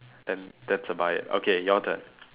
then that's about it okay your turn